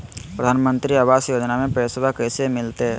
प्रधानमंत्री आवास योजना में पैसबा कैसे मिलते?